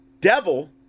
devil